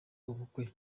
ubukwe